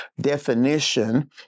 definition